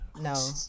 No